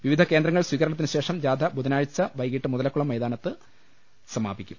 വിവിധ കേന്ദ്രങ്ങളിൽ സ്വീകരണത്തിനു ശേഷം ജാഥ ബുധനാഴ്ച വൈകിട്ട് മുതലക്കുളം മൈതാനത്ത് സമാപിക്കും